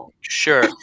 Sure